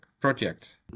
project